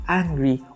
angry